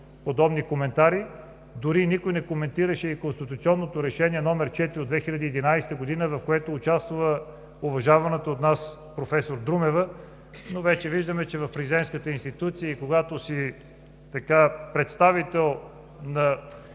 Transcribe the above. дори и никой не коментираше конституционното Решение № 4 от 2011 г., в което участва уважаваната от нас професор Друмева. Но вече виждаме, че в Президентската институция и когато си представител на